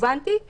הבנתם אותי?